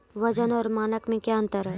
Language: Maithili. वजन और मानक मे क्या अंतर हैं?